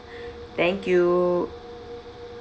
thank you